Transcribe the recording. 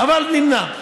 אבל אני נמנע.